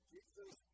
Jesus